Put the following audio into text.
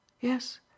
Yes